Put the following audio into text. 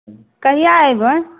कहिआ अएबै